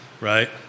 Right